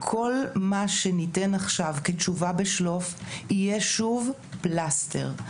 כל מה שניתן עכשיו כתשובה בשלוף יהיה שוב פלסטר.